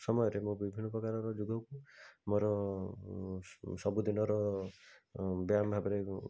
ସମୟରେ ମୁଁ ବିଭିନ୍ନ ପ୍ରକାରର ଯୋଗକୁ ମୋର ସବୁଦିନର ବ୍ୟାୟାମ ଭାବରେ